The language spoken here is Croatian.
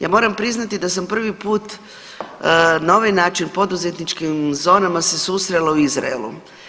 Ja moram priznati da sam prvi put na ovaj način poduzetničkim zonama se susrela u Izraelu.